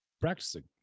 practicing